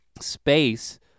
space